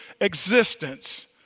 existence